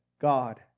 God